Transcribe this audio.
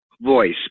voice